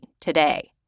today